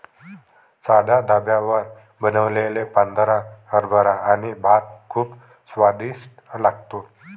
साध्या ढाब्यावर बनवलेला पांढरा हरभरा आणि भात खूप स्वादिष्ट लागतो